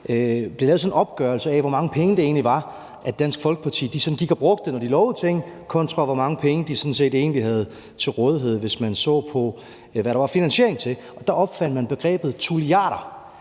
blev lavet sådan en opgørelse af, hvor mange penge det egentlig var, Dansk Folkeparti sådan gik og brugte, når de lovede ting, kontra hvor mange penge de sådan set egentlig havde til rådighed, hvis man så på, hvad der var finansiering til. Der opfandt man begrebet tulliarder,